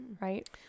Right